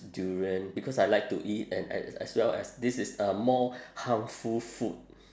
durian because I like to eat and as as well as this is a more harmful food